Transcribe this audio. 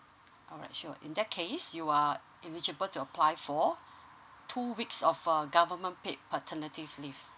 alright sure in that case you are eligible to apply for two weeks of err government paid paternity leave